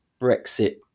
Brexit